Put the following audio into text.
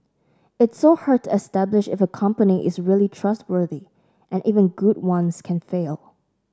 it's so hard to establish if a company is really trustworthy and even good ones can fail